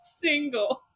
single